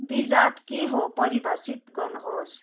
wizard के हो परिभाषित गर्नुहोस्